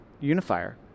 unifier